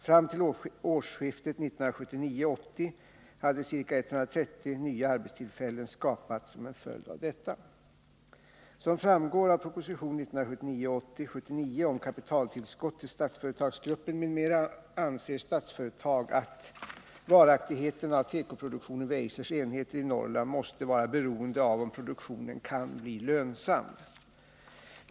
Fram till årsskiftet 1979-1980 hade ca 130 nya arbetstillfällen skapats som en följd av detta. Som framgår av proposition 1979/80:79 om kapitaltillskott till Statsföretagsgruppen, m.m. anser Statsföretag att varaktigheten av tekoproduktionen vid Eisers enheter i Norrland måste vara beroende av om produktionen kan bli lönsam.